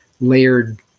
layered